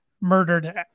murdered